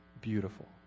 beautiful